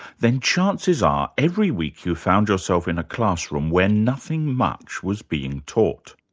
then chances are every week you found yourself in a classroom where nothing much was being taught.